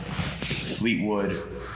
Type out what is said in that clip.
Fleetwood